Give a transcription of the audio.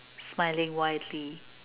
smiling widely